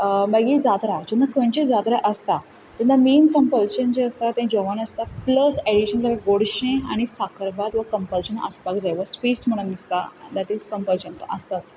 मागीर जात्रा जेन्ना खंयचीय जात्रा आसता तेन्ना मैन कंपल्शन जें आसता तें जेवण आसता प्लस एडीशनल गोडशें आनी साखरभात हो कंपल्शन आसपाकच जाय स्वीट्स म्हणून आसता डेट इज कंपल्शन आसताच